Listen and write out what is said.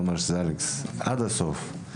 הוא אמר: "אלכס, עד הסוף".